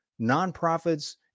nonprofits